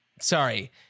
Sorry